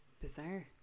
bizarre